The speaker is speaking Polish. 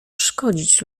szkodzić